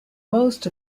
most